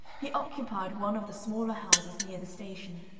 he occupied one of the smaller houses near the station.